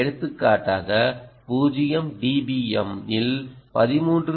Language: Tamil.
எடுத்துக்காட்டாக 0 dBm இல் 13